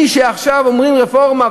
מי שעכשיו אומרים רפורמה,